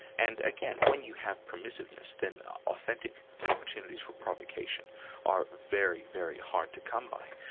and again, when you have permissiveness, then authentic opportunities for provocation are very, very hard to come by.